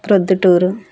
Proddatur